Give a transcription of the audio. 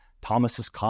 Thomas's